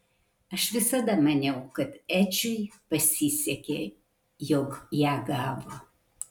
aš visada maniau kad edžiui pasisekė jog ją gavo